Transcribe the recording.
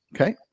Okay